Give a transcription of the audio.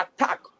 attack